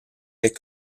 est